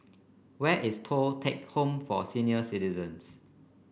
where is Thong Teck Home for Senior Citizens